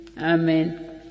Amen